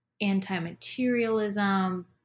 anti-materialism